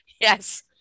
Yes